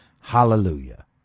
Hallelujah